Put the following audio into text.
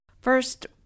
First